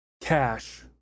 Cash